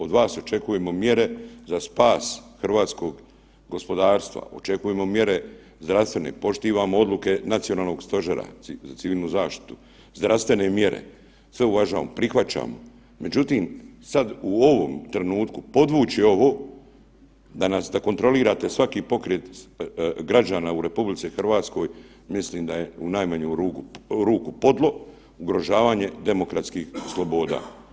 Od vas očekujemo mjere za spas hrvatskog gospodarstva, očekujemo mjere zdravstvene, poštivamo odluke Nacionalnog stožera za civilnu zaštitu, zdravstvene mjere, sve uvažavamo, prihvaćamo, međutim, sad u ovom trenutku podvući ovo da nas, da kontrolirati svaki pokret građana u RH mislim da je u najmanju ruku podlo, ugrožavanje demokratskih sloboda.